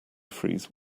freeze